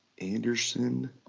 Anderson